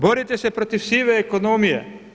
Borite se protiv sive ekonomije.